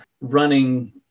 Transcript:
running